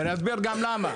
ואני גם אסביר לך למה.